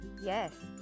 Yes